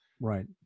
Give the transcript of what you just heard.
Right